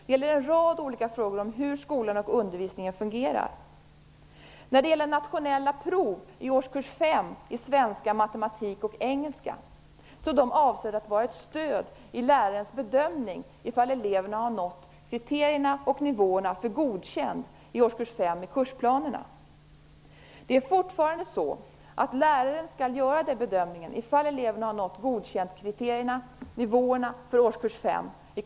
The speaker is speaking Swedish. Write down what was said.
Det gäller en rad olika frågor om hur skolan och undervisningen fungerar. De nationella proven i svenska, matematik och engelska i årskurs 5 är avsedda att vara ett stöd i lärarens bedömning av om eleverna har nått kriterierna och nivåerna för godkänd i kursplanerna för årskurs 5. Det är fortfarande läraren som skall göra bedömningen om eleverna har nått godkäntnivåerna i kursplanerna för årskurs 5.